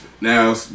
Now